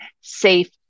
safe